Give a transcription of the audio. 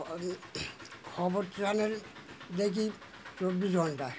খবর খবর চ্যানেল দেখি চব্বিশ ঘন্টা